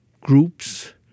groups